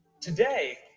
Today